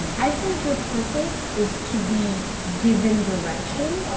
i think your purpose is to be given direction,